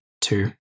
two